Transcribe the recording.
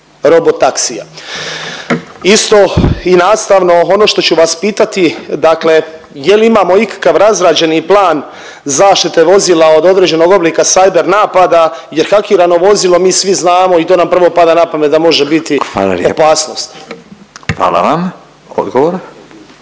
robotaksija? Isto i nastavno ono što ću vas pitati dakle je li imamo ikakav razrađeni plan zaštite vozila od određenog oblika cyber napada jer hakirano vozilo mi svi znamo i to nam prvo pada na pamet da može biti …/Upadica Radin: